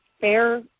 fair